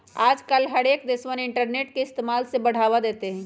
आजकल हर एक देशवन इन्टरनेट के इस्तेमाल से बढ़ावा देते हई